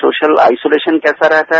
social isolation कैसा रहता है